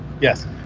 Yes